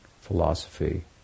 philosophy